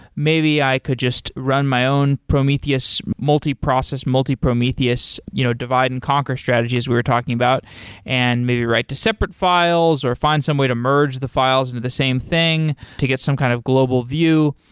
maybe i could just run my own prometheus multi-process, multi-prometheus you know divide and conquer strategy as we were talking about and maybe write to separate files or find some way to merge the files into the same thing to get some kind of global view.